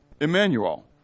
Emmanuel